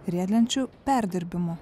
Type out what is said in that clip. riedlenčių perdirbimu